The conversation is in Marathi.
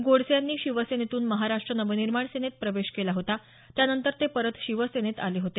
गोडसे यांनी शिवसेनेतून महाराष्ट्र नवनिर्माण सेनेत प्रवेश केला होता त्यानंतर ते परत शिवसेनेत आले होते